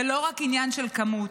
זה לא רק עניין של כמות,